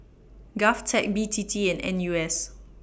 Govtech B T T and N U S